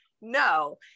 no